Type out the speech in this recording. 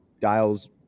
dials